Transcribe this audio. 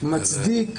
מצדיק